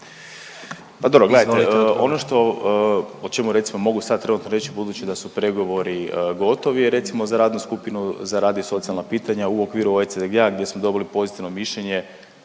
Pa dobro gledajte ono što, o čemu recimo mogu sad trenutno reći budući da su pregovori gotovi recimo za radnu skupinu za rad i socijalna pitanja u okviru OECD-a gdje smo dobili pozitivno mišljenje